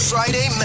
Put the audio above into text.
Friday